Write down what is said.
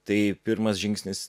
tai pirmas žingsnis